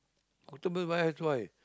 October buy X Y